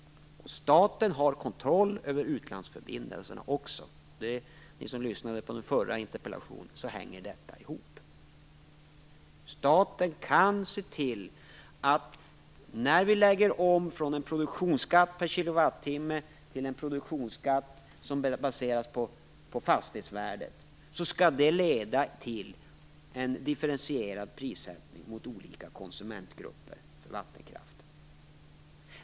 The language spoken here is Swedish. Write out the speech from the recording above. Staten har också kontroll över utlandsförbindelserna - detta sagt även till dem som lyssnade på den förra interpellationsdebatten. Så hänger detta ihop. När vi lägger om från en produktionsskatt per kilowattimme till en produktionsskatt som baseras på fastighetsvärdet kan staten se till att det blir en differentierad prissättning mot vattenkraftens olika konsumentgrupper.